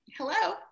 Hello